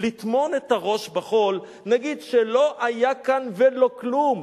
לטמון את הראש בחול, נגיד שלא היה כאן ולא כלום.